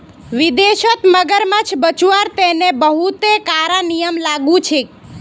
विदेशत मगरमच्छ बचव्वार तने बहुते कारा नियम लागू छेक